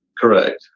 Correct